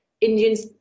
Indians